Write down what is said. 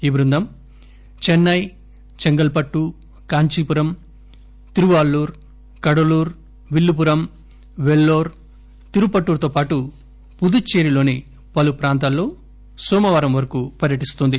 ఈ బృందం చెన్నయ్ చెంగల్ పట్టు కాంచీపురం తిరువాళ్లూర్ కడలూర్ విల్లుపురం పెల్లోర్ తిరుపట్టూర్ తో పాటు పుదుర్చేరిలోని పలు ప్రాంతాల్లో నోమవారుం వరకు పర్యటిస్తుంది